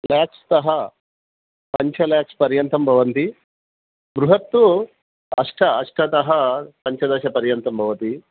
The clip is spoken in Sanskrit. लेक्स् तः पञ्च लेक्स् पर्यन्तं भवन्ति बृहत्तु अष्ट अष्टतः पञ्चदशपर्यन्तं भवति